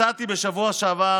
הצעתי לחברי הקואליציה בשבוע שעבר,